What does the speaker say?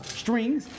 strings